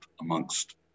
amongst